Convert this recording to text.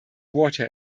water